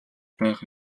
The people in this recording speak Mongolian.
байх